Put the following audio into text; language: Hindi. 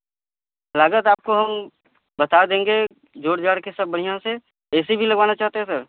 लागत आपको हम बता देंगे जोड़ जाड़ कर सब बढ़िया से एसी भी लगवाना चाहते हैं सर